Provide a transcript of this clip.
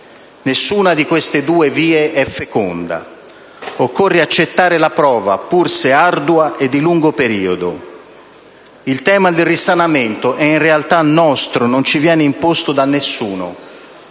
Nessuna di queste due vie è feconda. Occorre accettare la prova, pur se ardua e di lungo periodo. Il tema del risanamento è in realtà nostro, non ci viene imposto da nessuno.